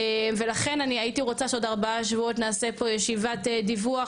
ולכן אני הייתי רוצה שבעוד ארבעה שבועות נעשה פה ישיבת דיווח